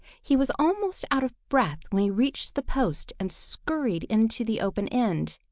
he was almost out of breath when he reached the post and scurried into the open end.